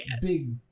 big